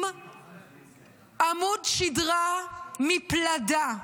עם עמוד שדרה מפלדה,